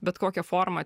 bet kokia forma